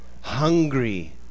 hungry